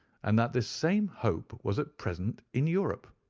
and that this same hope was at present in europe.